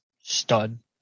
stud